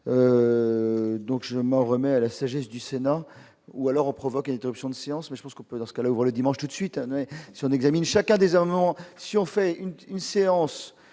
Donc je m'en remets à la sagesse du Sénat ou alors provoqué option de séance mais je pense qu'on peut dans ce cas-là, ouvrent le dimanche, tout de suite un et si on examine chacun des si on fait une séance